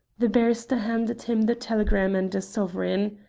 the barrister handed him the telegram and a sovereign.